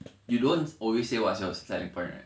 you don't always say what's your selling point right